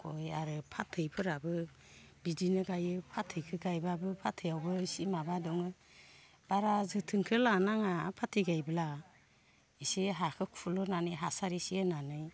गय आरो फाथैफोराबो बिदिनो गायो फाथैखो गायब्लाबो फाथैयावबो इसे माबा दङो बारा जोथोनखो लानाङा फाथै गायब्ला एसे हाखो खुलनानै हासार एसे होनानै